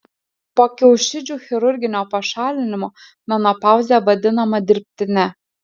po kiaušidžių chirurginio pašalinimo menopauzė vadinama dirbtine